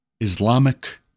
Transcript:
Islamic